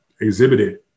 exhibited